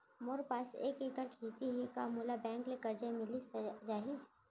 मोर पास एक एक्कड़ खेती हे का मोला बैंक ले करजा मिलिस जाही?